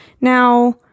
now